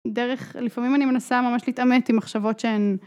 ...דרך, לפעמים אני מנסה ממש להתעמת עם מחשבות שהן